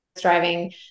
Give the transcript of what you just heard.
driving